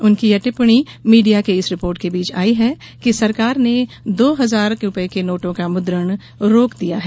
उनकी यह टिप्पणी मीडिया की इन रिपोर्ट के बीच आई है कि सरकार ने दो हजार रुपए के नोटों का मुद्रण रोक दिया है